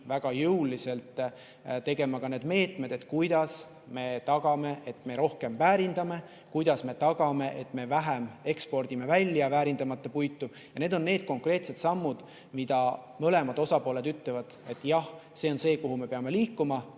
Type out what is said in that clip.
väga jõuliselt tegema ka need meetmed, kuidas me tagame selle, et me rohkem väärindame ja et me vähem ekspordime välja väärindamata puitu. Need on konkreetsed sammud, mille kohta mõlemad osapooled ütlevad, et jah, see on see, kuhu me peame liikuma,